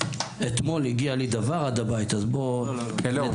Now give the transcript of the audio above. אתמול הגיע לי דוור עד הבית, אז בוא נדייק.